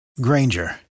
Granger